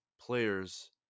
players